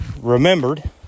remembered